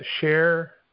share